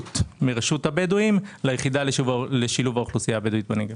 הבדואים ליחידה לשילוב האוכלוסייה הבדואית בנגב.